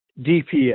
DPS